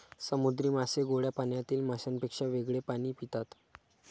समुद्री मासे गोड्या पाण्यातील माशांपेक्षा वेगळे पाणी पितात